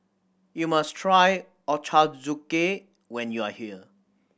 you must try Ochazuke when you are here